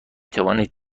توانید